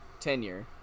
tenure